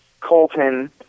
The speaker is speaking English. Colton